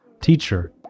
teacher